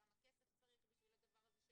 כמה כסף צריך בשביל הדבר הזה,